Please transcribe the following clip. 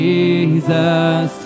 Jesus